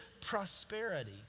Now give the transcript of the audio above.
prosperity